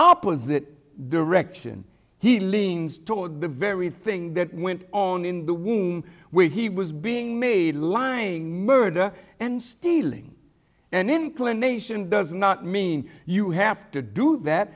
opposite direction he leans toward the very thing that went on in the womb when he was being made lying murder and stealing and inclination does not mean you have to do that